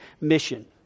mission